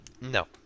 No